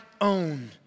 own